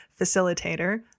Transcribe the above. facilitator